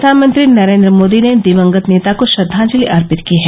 प्रधानमंत्री नरेन्द्र मोदी ने दिवंगत नेता को श्रद्वांजलि अर्पित की है